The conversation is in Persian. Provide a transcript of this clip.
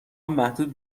محدود